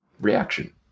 reaction